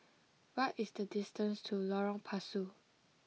what is the distance to Lorong Pasu